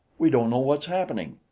we don't know what's happening.